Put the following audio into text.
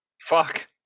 fuck